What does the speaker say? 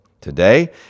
Today